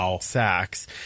sacks